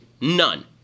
None